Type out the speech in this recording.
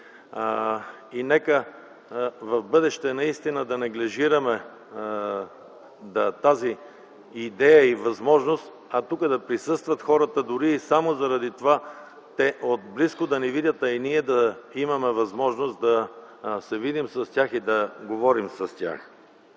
Нека в бъдеще наистина да не неглижираме тази идея и възможност, а тук да присъстват хората, дори само заради това те отблизо да ни видят и ние да имаме възможност да се видим и да говорим с тях.